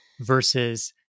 versus